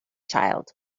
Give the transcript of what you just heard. child